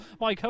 Mike